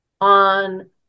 on